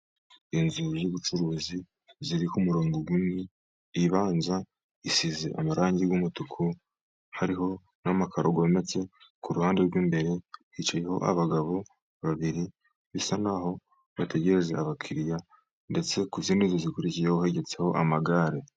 Inzu z'ubucuruzi ziri ku murongo munini, ibanza isize amarangi ry'umutuku, hariho n'amakaro yometse ku ruhande rw'imbere, hicayeho abagabo babiri bisa naho bategereje abakiriya, ndetse ku zindi nzu zikurikiyeho hegetseho amagare.